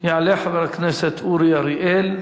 יעלה חבר הכנסת אורי אריאל,